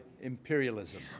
imperialism